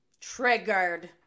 triggered